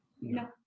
No